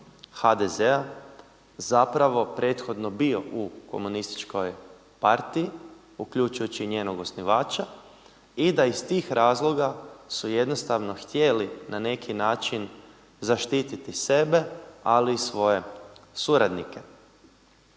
HDZ-a prethodno bio u komunističkoj partiji, uključujući i njenog osnivača i da iz tih razloga su jednostavno htjeli na neki način zaštiti sebe, ali i svoje suradnike.